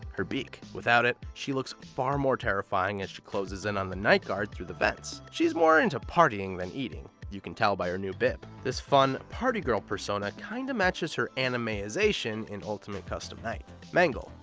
her beak. without it, she looks far more terrifying as closes in on the night guard through the vents. she's more into partying than eating, you can tell by her new bib. this fun party girl persona kind of matches her anime-ization in ultimate custom night. mangle.